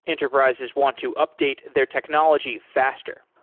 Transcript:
enterprises want to update their technology faster.